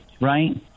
right